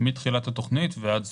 מתחילת התכנית עד סופה.